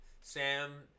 Sam